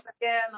again